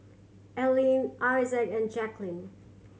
Allene Issac and Jacklyn